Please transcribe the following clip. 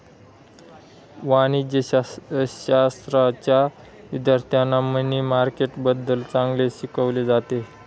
वाणिज्यशाश्राच्या विद्यार्थ्यांना मनी मार्केटबद्दल चांगले शिकवले जाते